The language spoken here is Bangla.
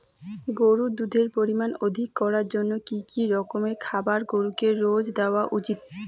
গরুর দুধের পরিমান অধিক করার জন্য কি কি রকমের খাবার গরুকে রোজ দেওয়া উচিৎ?